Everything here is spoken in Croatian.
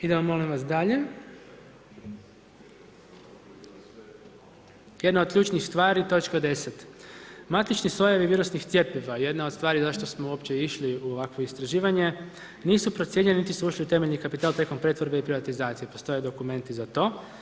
Idemo molim vas dalje, jedna od ključnih stvari točka 10. matični sojevi virusnih cjepiva, jedna od stvari zašto smo uopće išli u ovakvo istraživanje, nisu procijenjeni niti su ušli u temeljni kapital tijekom pretvorbe i privatizacije, postoje dokumenti za to.